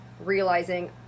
realizing